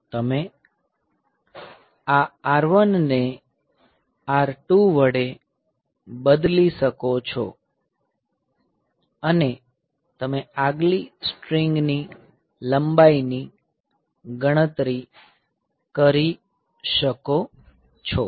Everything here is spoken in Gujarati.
તમે આ R1 ને R2 વડે બદલી શકો છો અને તમે આગલી સ્ટ્રિંગની લંબાઈની ગણતરી કરી શકો છો